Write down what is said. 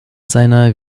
seiner